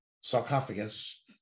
sarcophagus